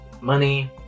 money